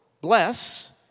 bless